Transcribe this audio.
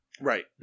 Right